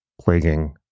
plaguing